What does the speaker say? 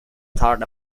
thought